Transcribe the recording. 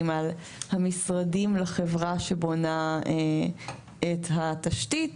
על המשרדים לחברה שבונה את התשתית,